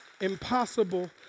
impossible